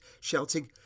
shouting